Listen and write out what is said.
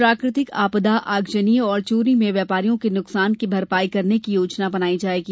प्राकृतिक आपदा आगजनी और चोरी में व्यापारियों के नुकसान की भरपाई करने की योजना बनाई जायेगी